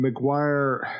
McGuire